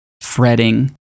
fretting